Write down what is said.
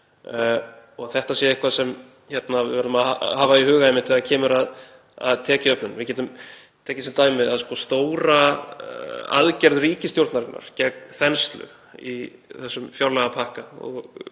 að þetta sé eitthvað sem við verðum að hafa í huga einmitt þegar kemur að tekjuöflun. Við getum tekið dæmi. Stóra aðgerð ríkisstjórnarinnar gegn þenslu í þessum fjárlagapakka,